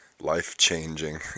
life-changing